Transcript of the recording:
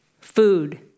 food